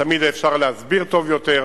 תמיד אפשר להסביר טוב יותר.